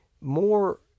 more